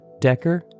Decker